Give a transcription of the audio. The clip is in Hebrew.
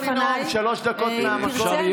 אתה לא יכול לנאום שלוש דקות מהמקום.